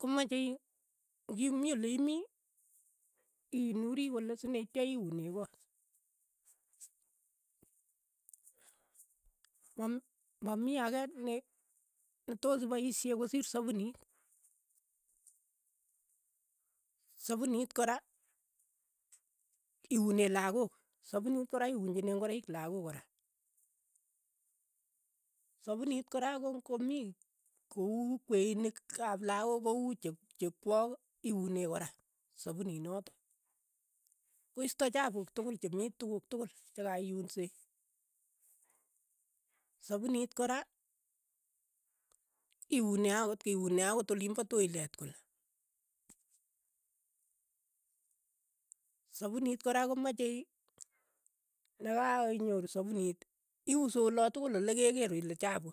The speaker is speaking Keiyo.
Komache ng'i mii ole imii iinuri kole sinetya iune koot, mam- mamii ake ne- netoos ipaishe kosiir sapunit, sapunit kora iune lakok, sapunit kora iunchine ng'oroik lakok kora, sapuniit kora ko ng'omii ko uu kweinik ap lakok ko uu chek chekwok iunee kora sapuniit notok, koisto chapuuk tokol che mii tukuk tukul cha kaiyunsee, sapunit kora iunee akot iunee akot olin'pa toilet kole, sapunit kora komachei ii nakainyoru sapunit iunsee olatokol olekekeer ile chapu